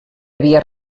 havia